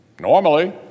Normally